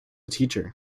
teacher